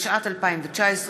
התשע"ט 2019,